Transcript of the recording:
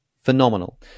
phenomenal